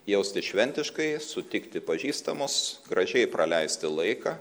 jaustis šventiškai sutikti pažįstamus gražiai praleisti laiką